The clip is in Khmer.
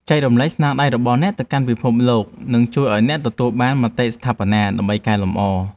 ចែករំលែកស្នាដៃរបស់អ្នកទៅកាន់ពិភពលោកនឹងជួយឱ្យអ្នកទទួលបានមតិស្ថាបនាដើម្បីកែលម្អ។